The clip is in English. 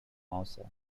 mouser